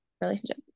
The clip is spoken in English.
relationship